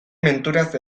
menturaz